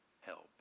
help